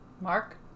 Mark